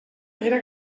era